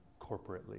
corporately